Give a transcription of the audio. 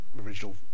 original